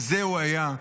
כזה הוא היה,